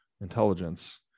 intelligence